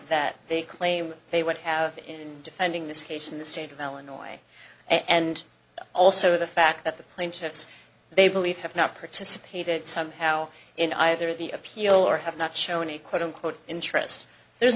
that they claim they would have in defending this case in the state of illinois and also the fact that the plaintiffs they believe have not participated somehow in either the appeal or have not shown any quote unquote interest there's